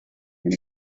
than